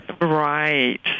Right